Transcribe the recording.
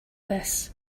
this